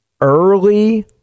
early